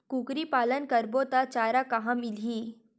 कुकरी पालन करबो त चारा कहां मिलही?